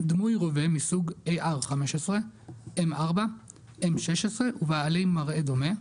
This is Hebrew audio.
דמוי רובה מסוג M-16 ,M-4 ,AR-15 ובעלי מראה דומה,